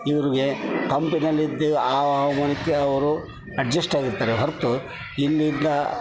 ಇವ್ರಿಗೆ ತಂಪಿನಲ್ಲಿದ್ದು ಆ ಹವಾಮಾನಕ್ಕೆ ಅವರು ಅಡ್ಜಷ್ಟ್ ಆಗಿರ್ತಾರೆ ಹೊರತು ಇಲ್ಲಿಂದ